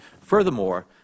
Furthermore